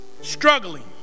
struggling